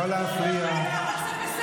לא להפריע.